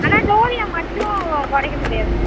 ஆனால் டோரியா மட்டும் குறைக்க முடியாது